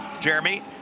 Jeremy